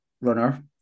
runner